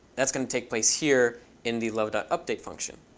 that's going to take place here in the love update function.